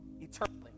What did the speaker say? eternally